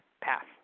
Pass